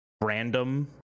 random